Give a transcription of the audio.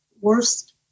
worst